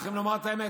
צריך לומר את האמת,